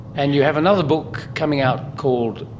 and you have another book coming out called,